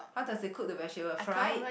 how does it cook the vegetable fried